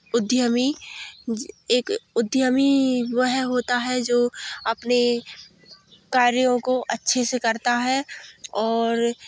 उद्यमी एक उद्यमी वह होता है जो अपने कार्यों को अच्छे से करता है और